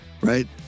Right